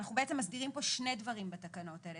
אנחנו בעצם מסדירים פה שני דברים בתקנות האלה,